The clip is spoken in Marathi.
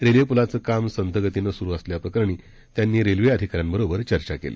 रेल्वेपुलाचं काम संथगतीनं सुरू असल्याप्रकरणी त्यांनी रेल्वे अधिकाऱ्यांबरोबर चर्चा केली